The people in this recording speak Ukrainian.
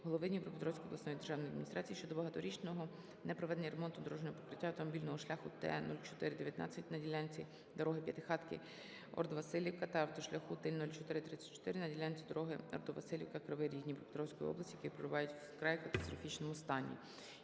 голови Дніпропетровської обласної державної адміністрації щодо багаторічного непроведення ремонту дорожнього покриття автомобільного шляху Т 0419 на ділянці дороги П'ятихатки - Ордо-Василівка та автошляху Т 0434 на ділянці дороги Ордо-Василівка - Кривий Ріг Дніпропетровської області, які перебувають у вкрай катастрофічному стані.